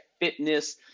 fitness